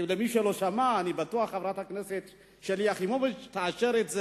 למי שלא שמע אני בטוח שחברת הכנסת שלי יחימוביץ תאשר את זה,